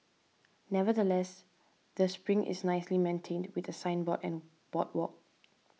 nevertheless the spring is nicely maintained with a signboard and boardwalk